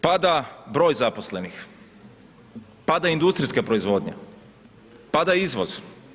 Pada broj zaposlenih, pada industrijska proizvodnja, pada izvoz.